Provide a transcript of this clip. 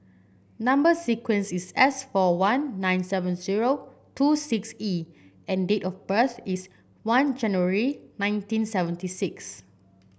number sequence is S four one nine seven zero two six E and date of birth is one January nineteen seventy six